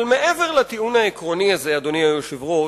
אבל מעבר לטיעון העקרוני הזה, אדוני היושב-ראש,